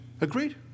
Agreed